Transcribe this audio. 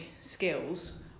skills